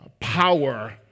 power